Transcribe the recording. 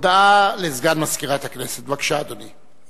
הודעה לסגן מזכירת הכנסת, בבקשה, אדוני.